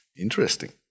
Interesting